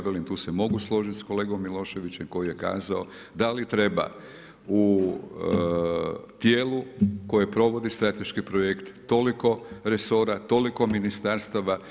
Velim tu se mogu složit sa kolegom Miloševićem koji je kazao da li treba u tijelu koje provodi strateški projekt toliko resora, toliko ministarstava.